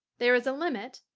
there is a limit?